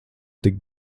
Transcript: tik